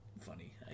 funny